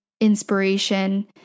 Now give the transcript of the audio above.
inspiration